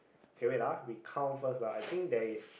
okay wait ah we count first lah I think there is